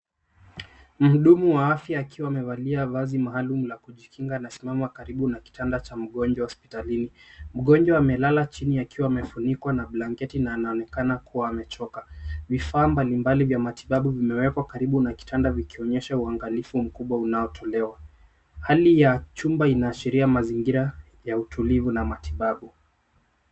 Mhudumu wa afya akiwa amevalia vazi maalumu la kujikinga, anasimama karibu na kitanda cha mgonjwa hospitalini. Mgonjwa amelala chini akiwa amefunikwa na blanketi na anaonekana kua amechoka. Vifaa mbali mbali vya matibabu vimewekwa karibu na kitanda vikionyesha uangalifu mkubwa unaotelewa. Hali ya chumba inaashiria mazingira ya utulivu na matibabu.